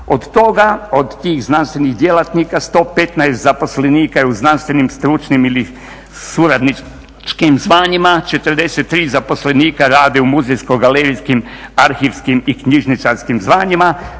Od toga, od tih znanstvenih djelatnika 115 zaposlenika je u znanstvenim, stručnim ili suradničkim zvanjima, 43 zaposlenika rade u muzejsko-galerijskim arhivskim i knjižničarskim zvanjima,